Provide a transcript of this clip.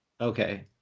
Okay